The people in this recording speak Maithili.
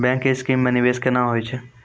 बैंक के स्कीम मे निवेश केना होय छै?